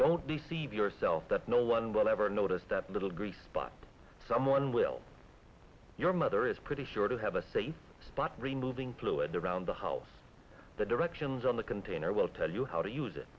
don't deceive yourself that no one will ever notice that little grease spot someone will your mother is pretty sure to have a safe spot removing fluid around the house the directions on the container will tell how to use it